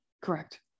Correct